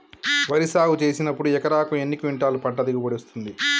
వరి సాగు చేసినప్పుడు ఎకరాకు ఎన్ని క్వింటాలు పంట దిగుబడి వస్తది?